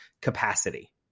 capacity